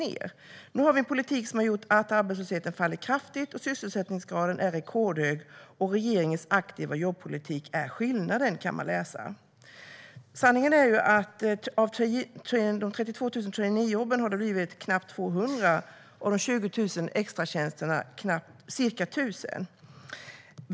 Nu kan man läsa att vi har en politik som har gjort att arbetslösheten fallit kraftigt, att sysselsättningsgraden är rekordhög och att regeringens aktiva jobbpolitik är skillnaden. Sanningen är att av de 32 000 traineejobben har det blivit knappt 200, och av de 20 000 extratjänsterna har det blivit ca 1 000.